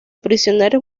prisioneros